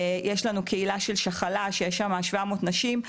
יש לנו קהילה של סרטן השחלה שיש שם כ-700 נשים,